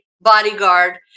bodyguard